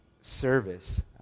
service